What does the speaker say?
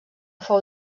fou